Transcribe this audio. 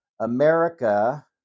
America